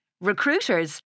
Recruiters